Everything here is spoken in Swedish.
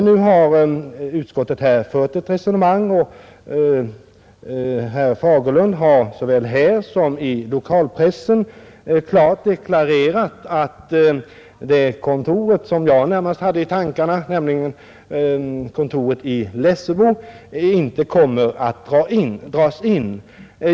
Nu har utskottet fört ett resonemang som visar — och herr Fagerlund har såväl här som i lokalpressen klart deklarerat detta — att det kontor som jag närmast hade i tankarna, nämligen kontoret i Lessebo, inte kommer att dras in.